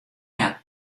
hat